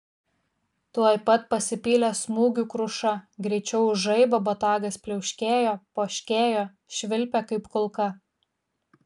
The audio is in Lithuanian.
tuoj pat pasipylė smūgių kruša greičiau už žaibą botagas pliauškėjo poškėjo švilpė kaip kulka